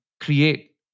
create